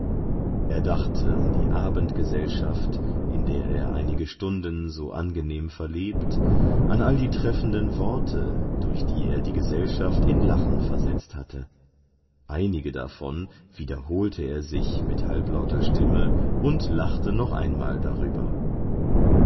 er dachte an die abendgesellschaft in der er einige stunden so angenehm verlebt an all die treffenden worte durch die er die gesellschaft in lachen versetzt hatte einige davon wiederholte er sich mit halblauter stimme und lachte noch einmal darüber